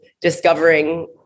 discovering